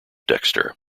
dexter